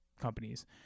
companies